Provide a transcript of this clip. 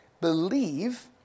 believe